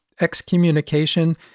excommunication